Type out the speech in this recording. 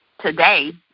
today